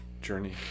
journey